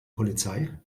polizei